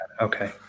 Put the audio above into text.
okay